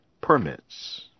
permits